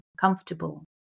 comfortable